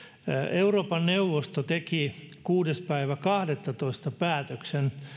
euroopan neuvosto teki kuudes kahdettatoista päätöksen